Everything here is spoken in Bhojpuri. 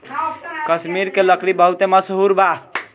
कश्मीर के लकड़ी बहुते मसहूर बा